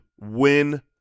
win